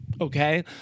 okay